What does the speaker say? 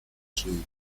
suit